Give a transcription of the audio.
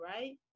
right